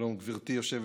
שלום, גברתי היושבת-ראש.